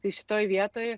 tai šitoj vietoj